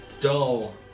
dull